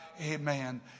Amen